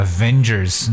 Avengers